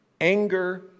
anger